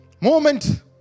moment